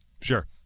Sure